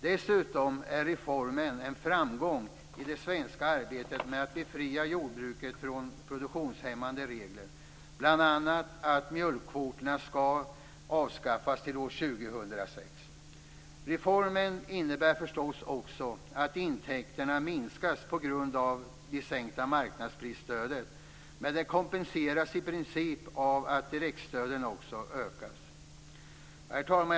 Dessutom är reformen en framgång i det svenska arbetet med att befria jordbruket från produktionshämmande regler, bl.a. när det gäller att mjölkkvoterna skall avskaffas till år 2006. Reformen innebär förstås också att intäkterna minskar på grund av det sänkta marknadsprisstödet, men det kompenseras i princip av att direktstöden också ökas. Herr talman!